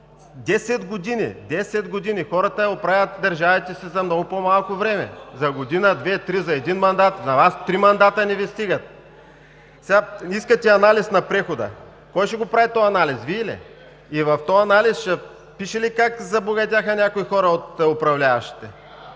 от ГЕРБ.) Хората оправят държавите си за много по-малко време – за година, две, три, за един мандат. На Вас три мандата не Ви стигат?! Искате анализ на прехода. Кой ще го прави този анализ, Вие ли?! В този анализ ще пише ли как забогатяха някои хора от управляващите?